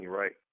right